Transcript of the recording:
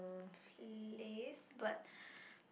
place but